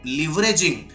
leveraging